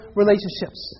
relationships